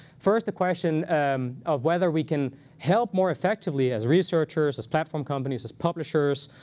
first, the question of whether we can help more effectively as researchers, as platform companies, as publishers,